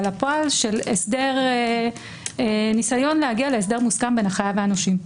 לפועל של הסדר ניסיון להגיע להסדר מוסכם בין החייב לנושים.